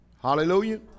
Hallelujah